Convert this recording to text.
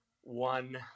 one